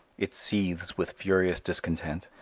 it seethes with furious discontent,